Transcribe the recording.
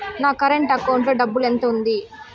నా current account లో డబ్బులు ఎంత ఉంది?